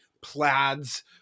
plaids